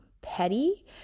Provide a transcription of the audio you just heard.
petty